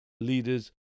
leaders